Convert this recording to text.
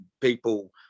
people